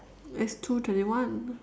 it's two twenty one